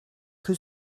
que